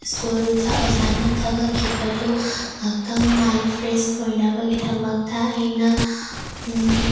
ꯁ꯭ꯀꯨꯜꯗ ꯑꯣꯖꯥꯅ ꯇꯥꯛꯂꯛꯈꯤꯕꯗꯨ ꯉꯥꯛꯇꯪ ꯃꯥꯏꯟ ꯐ꯭ꯔꯦꯁ ꯑꯣꯏꯅꯕꯒꯤꯗꯃꯛꯇ ꯑꯩꯅ